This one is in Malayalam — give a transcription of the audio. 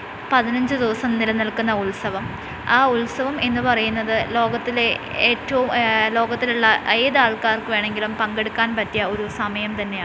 പതിനഞ്ച് ദിവസം നിലനിൽക്കുന്ന ഉത്സവം ആ ഉത്സവം എന്നുപറയുന്നത് ലോകത്തിലെ ഏറ്റും ലോകത്തിലുള്ള ഏതാൾക്കാർക്ക് വേണമെങ്കിലും പങ്കെടുക്കാൻ പറ്റിയ ഒരു സമയംതന്നെയാണ്